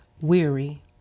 weary